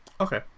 Okay